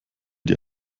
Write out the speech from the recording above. dir